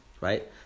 right